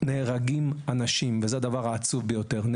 נהרגים אנשים וזה הדבר העצוב ביותר.